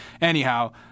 Anyhow